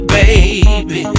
baby